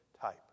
type